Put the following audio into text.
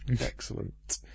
Excellent